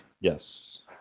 Yes